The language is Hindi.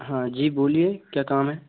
हाँ जी बोलिए क्या काम है